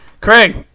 Craig